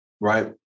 right